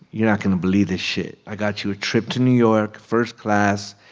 you're not going to believe this shit. i got you a trip to new york first class.